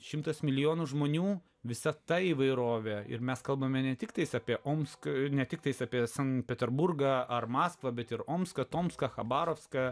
šimtas milijonų žmonių visą tą įvairovę ir mes kalbame ne tik tais apie omską ne tiktai apie sankt peterburgą ar maskvą bet ir omsko tomsko chabarovską